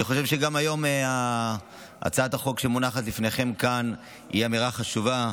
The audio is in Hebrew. אני חושב שגם היום הצעת החוק שמונחת לפניכם כאן היא אמירה חשובה.